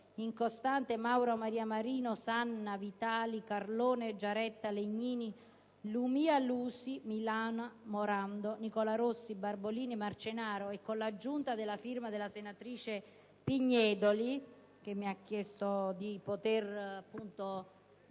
Incostante, Mauro Maria Marino, Sanna, Vitali, Carloni, Giaretta, Legnini, Lumia, Lusi, Milana, Morando, Nicola Rossi, Barbolini, Marcenaro, con l'aggiunta della senatrice Pignedoli, che mi ha chiesto di rivolgere